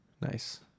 Nice